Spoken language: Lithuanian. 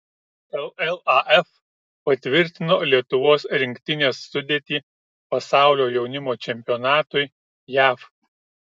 llaf patvirtino lietuvos rinktinės sudėtį pasaulio jaunimo čempionatui jav